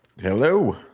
Hello